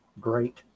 great